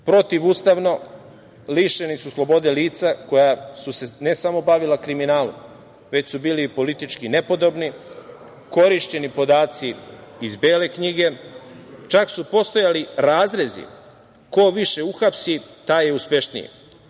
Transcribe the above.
protivustavno, lišena su slobode lica koja su se ne samo bavila kriminalom već su bili i politički nepodobni, korišćeni podaci iz „Bele knjige“, čak su postojali razrezi – ko više uhapsi, taj je uspešniji,